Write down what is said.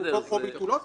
עיכובו או ביטולו,